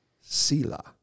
Sila